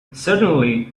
suddenly